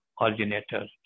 originator